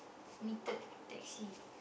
metered taxi